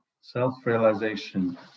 Self-realization